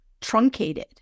truncated